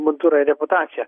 mundurą reputaciją